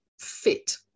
fit